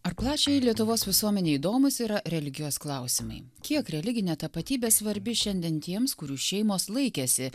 ar plačiajai lietuvos visuomenei įdomūs yra religijos klausimai kiek religinė tapatybė svarbi šiandien tiems kurių šeimos laikėsi